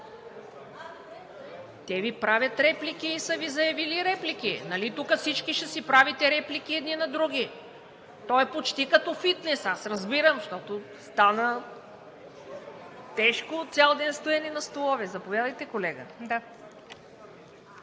Те Ви правят реплики и са Ви заявили реплики. Нали тук всички ще си правите реплики едни на други! То е почти като фитнес, аз разбирам, защото стана тежко от цял ден стоене на столове. Заповядайте, колега.